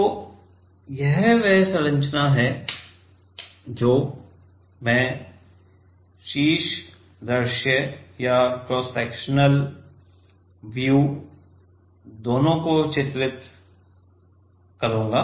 तो यह वह संरचना है जो मैं शीर्ष दृश्य और क्रॉस सेक्शनल व्यू दोनों को चित्रित करूंगा